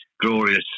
glorious